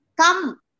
come